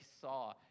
saw